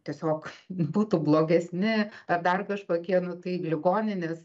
tiesiog būtų blogesni ar dar kažkokie nu tai ligoninės